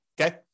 okay